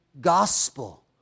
gospel